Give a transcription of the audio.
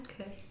okay